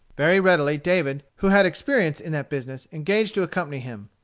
very readily, david, who had experience in that business, engaged to accompany him.